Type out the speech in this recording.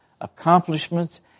accomplishments